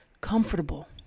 comfortable